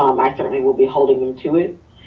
um i certainly will be holding them to it.